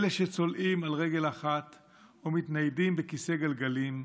לאלה שצולעים על רגל אחת או מתניידים בכיסא גלגלים,